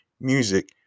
music